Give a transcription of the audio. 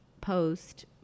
post